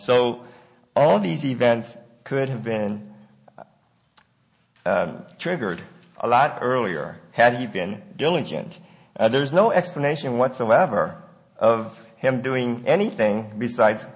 so all these events could have been triggered a lot earlier had he been diligent and there was no explanation whatsoever of him doing anything besides